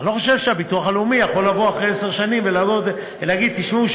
אני לא חושב שהביטוח הלאומי יכול לבוא אחרי עשר שנים ולהגיד: תשמעו,